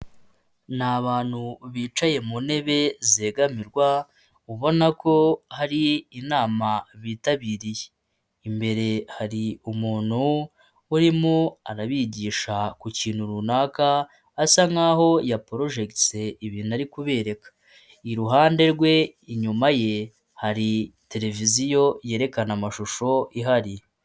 Ni abantu bicaye mu ntebe zegamirwa ubona ko hari inama bitabiriye, imbere hari umuntu urimo arabigisha ku kintu runaka, asa nk'aho yaporojegise ibintu ari kubereka. Iruhande rwe inyuma ye hari televiziyo yerekana amashusho ihari.